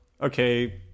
okay